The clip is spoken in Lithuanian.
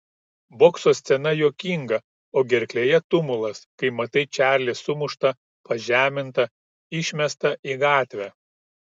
bokso scena juokinga o gerklėje tumulas kai matai čarlį sumuštą pažemintą išmestą į gatvę